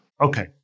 Okay